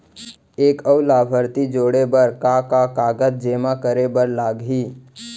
एक अऊ लाभार्थी जोड़े बर का का कागज जेमा करे बर लागही?